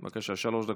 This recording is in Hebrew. בבקשה, שלוש דקות.